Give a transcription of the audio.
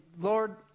Lord